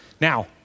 Now